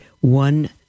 one